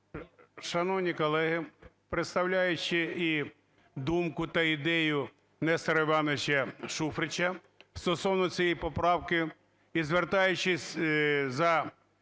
Шановні колеги, представляючи і думку та ідею Нестора Івановича Шуфрича стосовно цієї поправки і звертаючись за